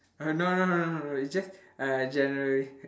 uh no no no no it's just uh generally